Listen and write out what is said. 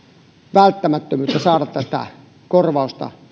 välttämättömyyttä saada tätä korvausta